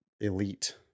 elite